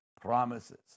promises